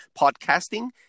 podcasting